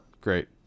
great